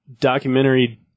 documentary